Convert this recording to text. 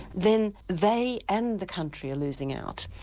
then they and the country are losing out.